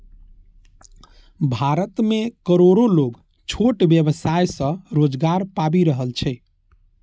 भारत मे करोड़ो लोग छोट व्यवसाय सं रोजगार पाबि रहल छै